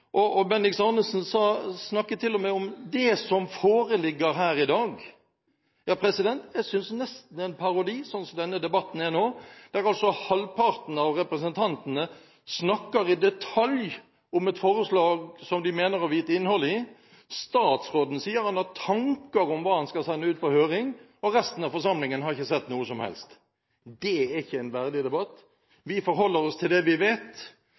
og Bendiks H. Arnesen snakket til og med om det som «foreligger» her i dag. Ja, jeg synes nesten det er en parodi sånn som denne debatten er nå, der altså halvparten av representantene snakker i detalj om et forslag som de mener å vite innholdet i, statsråden sier han har tanker om hva han skal sende ut på høring, og resten av forsamlingen har ikke sett noe som helst. Det er ikke en verdig debatt. Vi forholder oss til det vi vet,